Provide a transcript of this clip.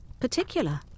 particular